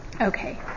Okay